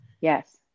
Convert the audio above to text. Yes